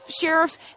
sheriff